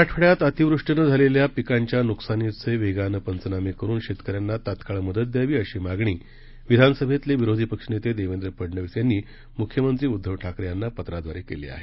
मराठवाड्यात अतिवृष्टीनं झालेल्या पिकांच्या नुकसानीचे वेगाने पंचनामे करून शेतकर्यांना तत्काळ मदत द्यावी अशी मागणी विधानसभेतले विरोधी पक्षनेते देवेंद्र फडनवीस यांनी मुख्यमंत्री उद्दव ठाकरे यांना पत्राद्वारे केली आहे